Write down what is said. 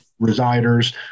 residers